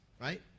right